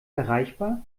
erreichbar